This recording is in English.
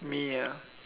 me ah